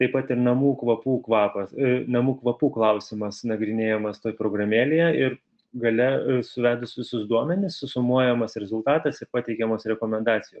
taip pat ir namų kvapų kvapas namų kvapų klausimas nagrinėjamas toj programėlėje ir gale suvedus visus duomenis susumuojamas rezultatas ir pateikiamos rekomendacijos